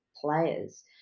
players